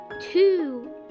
Two